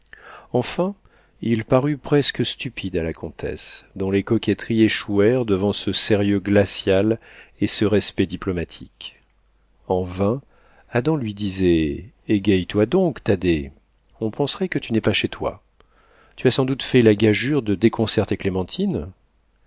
enfin il parut presque stupide à la comtesse dont les coquetteries échouèrent devant ce sérieux glacial et ce respect diplomatique en vain adam lui disait egaie toi donc thaddée on penserait que tu n'es pas chez toi tu as sans doute fait la gageure de déconcerter clémentine